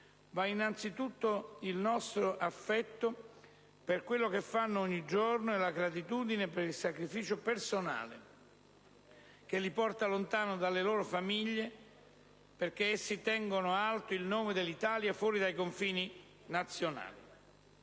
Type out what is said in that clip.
va innanzitutto il nostro affetto per quanto fanno ogni giorno e la nostra gratitudine per il sacrificio personale, che li porta lontano dalle loro famiglie, perché essi tengono alto il nome dell'Italia fuori dai confini nazionali.